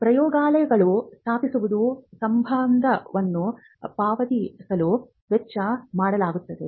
ಪ್ರಯೋಗಾಲಯಗಳನ್ನು ಸ್ಥಾಪಿಸುವುದು ಸಂಬಳವನ್ನು ಪಾವತಿಸಲು ವೆಚ್ಚ ಮಾಡಲಾಗುತ್ತದೆ